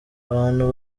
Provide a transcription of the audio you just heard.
abantu